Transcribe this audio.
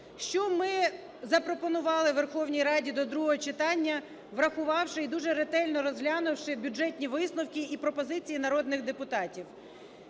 Що ми запропонували Верховній Раді до другого читання, врахувавши і дуже ретельно розглянувши бюджетні висновки і пропозиції народних депутатів.